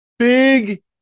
Big